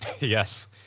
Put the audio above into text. Yes